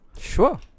Sure